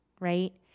Right